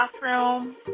bathroom